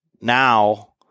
now